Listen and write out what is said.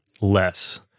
less